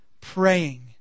praying